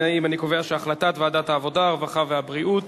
החלטת ועדת העבודה, הרווחה והבריאות